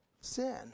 sin